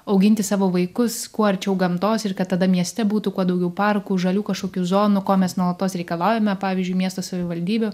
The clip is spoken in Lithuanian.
auginti savo vaikus kuo arčiau gamtos ir kad tada mieste būtų kuo daugiau parkų žalių kažkokių zonų ko mes nuolatos reikalaujame pavyzdžiui miesto savivaldybė